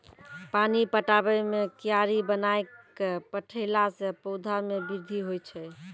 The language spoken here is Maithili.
पानी पटाबै मे कियारी बनाय कै पठैला से पौधा मे बृद्धि होय छै?